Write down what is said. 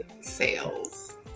sales